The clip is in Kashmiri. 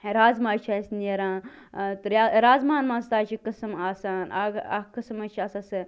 رازمہ چھِ اسہِ نیران ٲں رازماہن منٛز تہٕ حظ چھِ قسٕم آسان اَکھ اکھ قٕسم حظ چھِ آسان سۄ